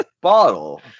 bottle